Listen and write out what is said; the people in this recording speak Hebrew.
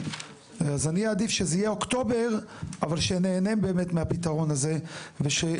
אז אני אעדיף שזה יהיה אוקטובר ושנהנה באמת מהפתרון הזה ושמערכות